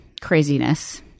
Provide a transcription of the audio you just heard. craziness